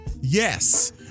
yes